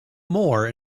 more